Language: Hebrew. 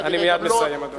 אני מייד מסיים, אדוני.